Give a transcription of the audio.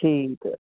ਠੀਕ ਹੈ